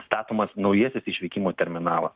statomas naujasis išvykimo terminalas